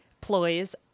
ploys